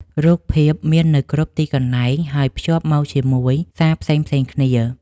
រូបភាពមាននៅគ្រប់ទីកន្លែង ហើយភ្ជាប់មកជាមួយសារផ្សេងៗគ្នា។